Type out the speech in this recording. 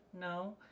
No